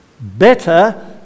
better